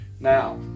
now